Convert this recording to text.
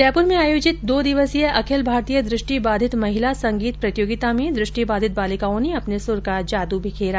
जयपुर में आयोजित दो दिवसीय अखिल भारतीय दृष्टिबाधित महिला संगीत प्रतियोगिता में दृष्टिबाधित बालिकाओं ने अपने सुर का जादू बिखेरा